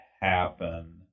happen